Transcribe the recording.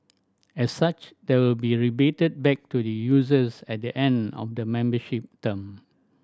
as such they will be rebated back to the users at the end of the membership term